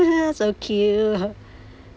so cute